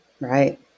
Right